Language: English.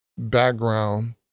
Background